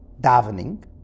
davening